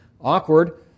awkward